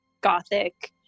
gothic